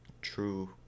true